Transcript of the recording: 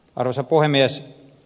arvoisa puhemies